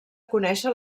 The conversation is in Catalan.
conéixer